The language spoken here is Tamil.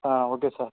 ah okay sir